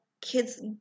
kids